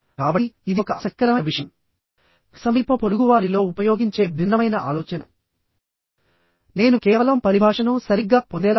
కానీ కొన్ని స్ట్రక్చర్స్ మాత్రం తరచుగా టెన్షన్ కి లోనవుతాయి